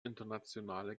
internationale